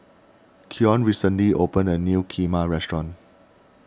Keon recently opened a new Kheema restaurant